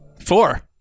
four